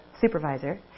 supervisor